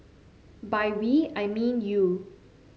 by we I mean you